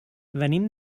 venim